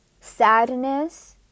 sadness